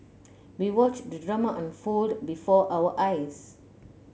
we watched the drama unfold before our eyes